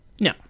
No